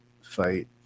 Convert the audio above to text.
fight